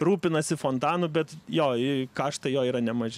rūpinasi fontanu bet jo i kaštai jo yra nemaži